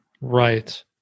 right